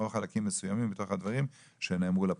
או חלקים מסוימים מתוך הדברים שנאמרו לפרוטוקול.